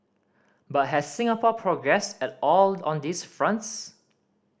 but has Singapore progressed at all on these fronts